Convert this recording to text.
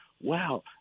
wow